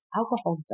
alcohol